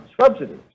subsidies